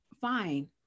Fine